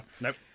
Nope